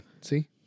See